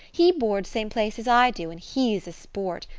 he boards same place as i do, and he's a sport.